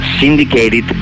Syndicated